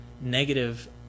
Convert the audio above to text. negative